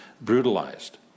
brutalized